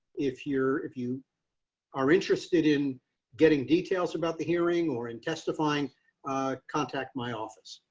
if you're, if you are interested in getting details about the hearing or in testifying contact my office.